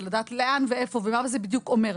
לדעת לאן ואיפה ומה זה בדיוק אומר.